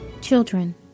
Children